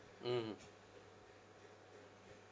mmhmm